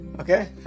okay